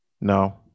No